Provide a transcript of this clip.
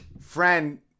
friend